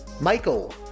Michael